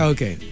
Okay